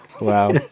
Wow